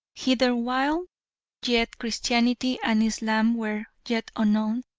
hither while yet christianity and islam were yet unknown,